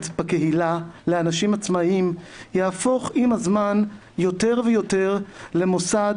בקהילה לאנשים עצמאיים יהפוך עם הזמן יותר ויותר למוסד